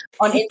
on